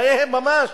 חייהם ממש.